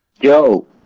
Yo